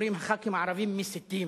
אומרים שחברי הכנסת הערבים מסיתים.